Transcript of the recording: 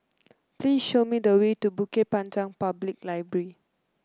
please show me the way to Bukit Panjang Public Library